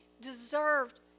deserved